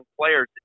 players